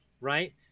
right